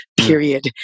period